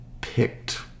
picked